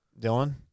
Dylan